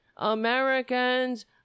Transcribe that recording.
Americans